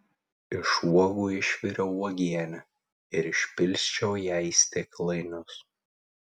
iš uogų išviriau uogienę ir išpilsčiau ją į stiklainius